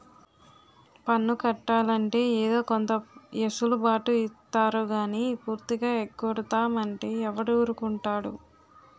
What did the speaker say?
పన్ను కట్టాలంటే ఏదో కొంత ఎసులు బాటు ఇత్తారు గానీ పూర్తిగా ఎగ్గొడతాం అంటే ఎవడూరుకుంటాడు